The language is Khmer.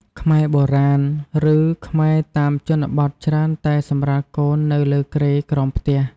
ខ្មែរបុរាណ ឬ ខ្មែរតាមជនបទច្រើនតែសម្រាលកូននៅលើគ្រែក្រោមផ្ទះ។